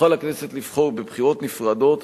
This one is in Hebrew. תוכל הכנסת לבחור, בבחירות נפרדות,